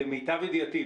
למיטב ידיעתי,